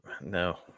No